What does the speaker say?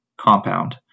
compound